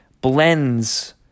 blends